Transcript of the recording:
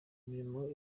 mirimo